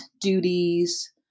duties